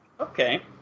Okay